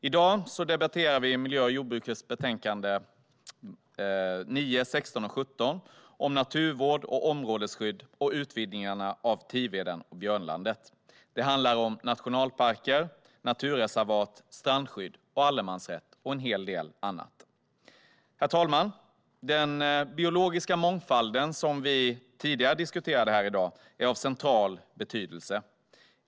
I dag debatterar vi miljö och jordbruksutskottets betänkanden 9, 16 och 17 om naturvård och områdesskydd samt om utvidgningarna av Tiveden och Björnlandet. Det handlar om nationalparker, naturreservat, strandskydd, allemansrätt och en hel del annat. Herr talman! Den biologiska mångfalden, som vi tidigare diskuterade här i dag, är av central betydelse.